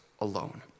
alone